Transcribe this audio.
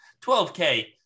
12k